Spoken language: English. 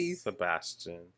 Sebastian